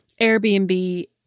Airbnb